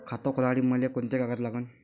खात खोलासाठी मले कोंते कागद लागन?